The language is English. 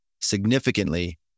significantly